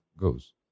goes